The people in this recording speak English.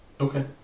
Okay